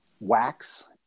wax